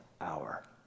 hour